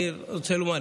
אני רוצה לומר,